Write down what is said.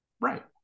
Right